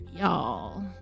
y'all